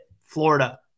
Florida